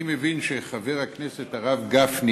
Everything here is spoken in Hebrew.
אני מבין שחבר הכנסת הרב גפני,